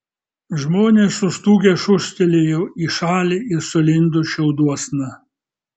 žmonės sustūgę šūstelėjo į šalį ir sulindo šiauduosna